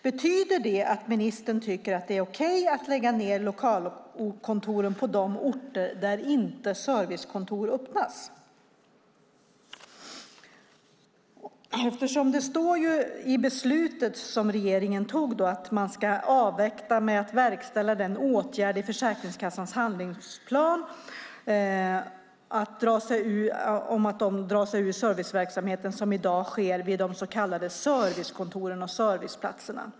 Betyder det att ministern tycker att det är okej att lägga ned lokalkontoren på de orter där inte servicekontor öppnas? Det står i regeringens beslut att man ska avvakta med att verkställa åtgärden i Försäkringskassans handlingsplan att dra sig ur den serviceverksamhet som i dag sker vid de så kallade servicekontoren och serviceplatserna.